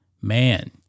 Man